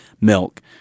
milk